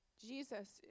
Jesus